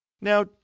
Now